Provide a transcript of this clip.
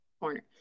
corner